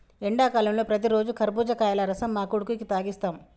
ఎండాకాలంలో ప్రతిరోజు కర్బుజకాయల రసం మా కొడుకుకి తాగిస్తాం